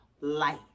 light